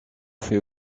fait